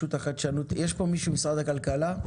יש פה מישהו ממשרד הכלכלה?